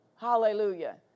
Hallelujah